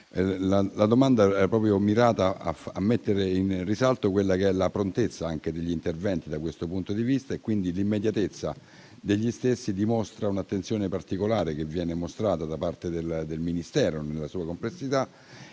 La domanda era proprio mirata a mettere in risalto la prontezza degli interventi da questo punto di vista. L'immediatezza degli stessi dimostra un'attenzione particolare che viene mostrata da parte del Ministero, nella sua complessità,